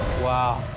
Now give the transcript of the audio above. wow.